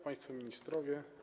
Państwo Ministrowie!